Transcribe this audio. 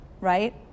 right